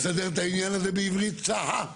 לסדר את העניין הזה, בעברית צחה?